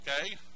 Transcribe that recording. okay